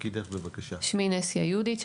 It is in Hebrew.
שמי נסיה יודיץ,